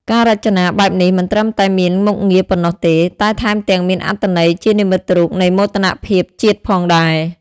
ការរចនាបែបនេះមិនត្រឹមតែមានមុខងារប៉ុណ្ណោះទេ តែថែមទាំងមានអត្ថន័យជានិមិត្តរូបនៃមោទនភាពជាតិផងដែរ។